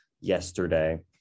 yesterday